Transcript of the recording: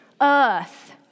earth